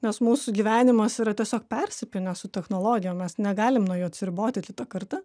nes mūsų gyvenimas yra tiesiog persipynęs su technologijom mes negalim nuo jų atsiriboti kitą kartą